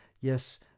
Yes